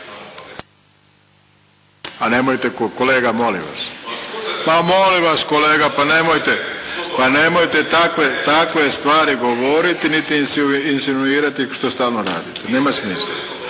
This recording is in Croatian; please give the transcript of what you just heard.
A nemojte, kolega molim vas. Pa molim vas kolega! Pa nemojte. Pa nemojte takve stvari govoriti niti insinuirati što stalno radite, nema smisla.